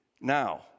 now